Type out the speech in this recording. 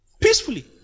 peacefully